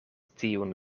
tiun